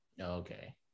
Okay